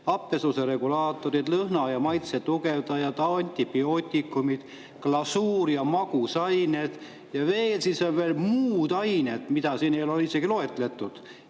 happesuse regulaatorid, lõhna‑ ja maitsetugevdajad, antibiootikumid, glasuur‑ ja magusained ja veel muud ained, mida siin ei ole isegi loetletud.